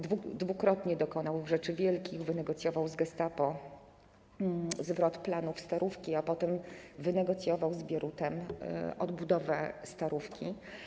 Dwukrotnie dokonał rzeczy wielkich: wynegocjował z Gestapo zwrot planów Starówki, a potem wynegocjował z Bierutem odbudowę Starówki.